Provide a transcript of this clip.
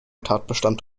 tatbestand